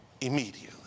Immediately